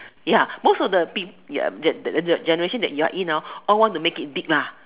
ya most of the peep~ ya ya ya ya the the generation that you are in ah all want to make it big lah